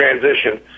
transition